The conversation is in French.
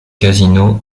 casino